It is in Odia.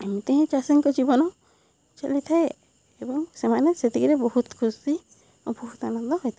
ଏମିତି ହିଁ ଚାଷୀଙ୍କ ଜୀବନ ଚାଲି ଥାଏ ଏବଂ ସେମାନେ ସେତିକିରେ ବହୁତ ଖୁସି ଓ ବହୁତ ଆନନ୍ଦ ହୋଇଥାନ୍ତି